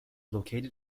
located